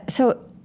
so,